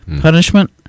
Punishment